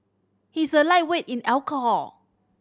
he is a lightweight in alcohol